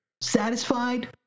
Satisfied